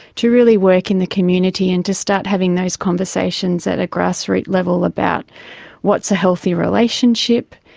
to really work in the community and to start having those conversations at a grassroots level about what's a healthy relationship,